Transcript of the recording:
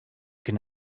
can